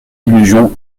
illusions